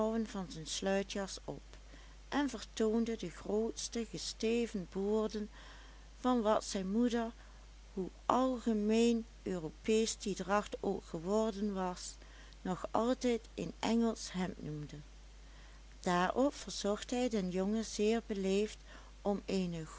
van zijn sluitjas op en vertoonde de groote gesteven boorden van wat zijn moeder hoe algemeen europeesch die dracht ook geworden was nog altijd een engelsch hemd noemde daarop verzocht hij den jongen zeer beleefd om eene